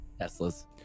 Teslas